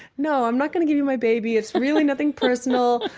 no, i'm not going to give you my baby. it's really nothing personal.